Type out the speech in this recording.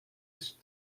ist